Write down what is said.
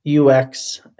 UX